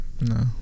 No